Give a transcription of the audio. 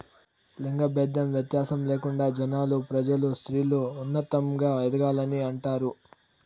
లింగ భేదం వ్యత్యాసం లేకుండా జనాలు ప్రజలు స్త్రీలు ఉన్నతంగా ఎదగాలని అంటారు